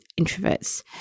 introverts